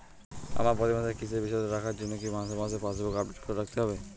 আমার প্রতি মাসের কিস্তির বিশদ তথ্য রাখার জন্য কি মাসে মাসে পাসবুক আপডেট করতে হবে?